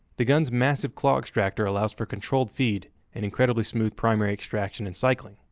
the gun's massive claw extractor allows for controlled feed and incredibly smooth primary extracting and cycling.